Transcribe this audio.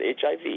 HIV